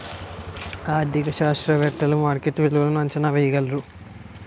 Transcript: ఆర్థిక శాస్త్రవేత్తలు మార్కెట్ విలువలను అంచనా వేయగలరు